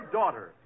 daughter